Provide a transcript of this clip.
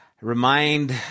remind